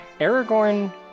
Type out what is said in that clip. Aragorn